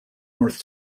north